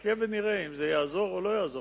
נחיה ונראה אם זה יעזור או לא יעזור.